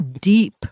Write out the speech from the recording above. deep